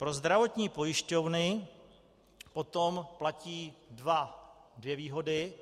Pro zdravotní pojišťovny potom platí dvě výhody.